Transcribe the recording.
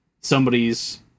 somebody's